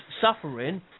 suffering